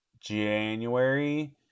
january